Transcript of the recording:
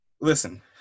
listen